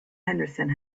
henderson